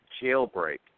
jailbreak